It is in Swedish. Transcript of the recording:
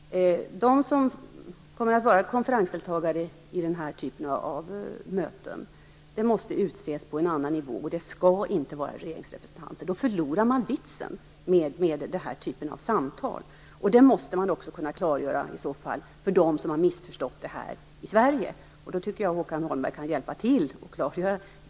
De som kommer att vara deltagare i den här typen av konferenser måste utses på en annan nivå, och det skall inte vara regeringsrepresentanter. Då förlorar man vitsen med sådana här samtal. Det måste man i så fall klargöra för dem i Sverige som har missförstått det hela, och det tycker jag att Håkan Holmberg kan hjälpa till att göra.